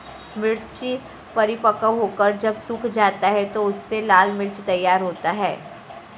मिर्च परिपक्व होकर जब सूख जाता है तो उससे लाल मिर्च तैयार होता है